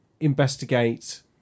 Investigate